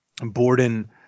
Borden